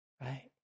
Right